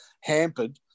hampered